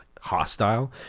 hostile